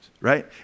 right